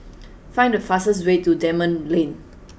find the fastest way to Dunman Lane